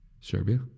serbia